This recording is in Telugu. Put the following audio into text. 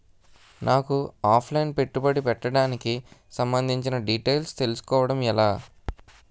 నాకు ఆఫ్ లైన్ పెట్టుబడి పెట్టడానికి సంబందించిన డీటైల్స్ తెలుసుకోవడం ఎలా?